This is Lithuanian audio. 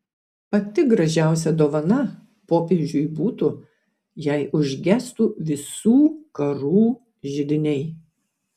pati gražiausia dovana popiežiui būtų jei užgestų visų karų židiniai